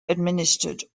administered